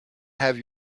have